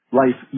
life